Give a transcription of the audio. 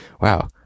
Wow